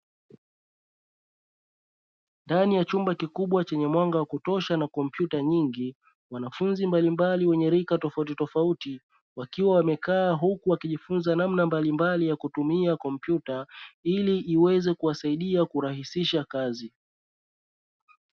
Ndani ya chumba kikubwa chenye mwanga wa kutosha na kompyuta nyingi wanafunzi mbalimbali wenye rika tofauti tofauti wakiwa wamekaa, huku wakijifunza namna mbalimbali ya kutumia kompyuta ili iweze kuwasaidia kurahisisha kazi.